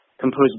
composed